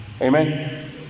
Amen